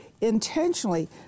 intentionally